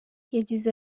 yagize